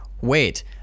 Wait